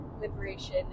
liberation